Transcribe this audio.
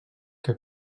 que